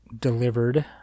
delivered